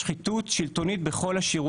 תשקיע בכל החברה הישראלית.